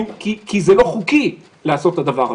כי זה לא חוקי לעשות את הדבר הזה.